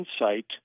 insight